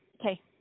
Okay